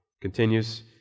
Continues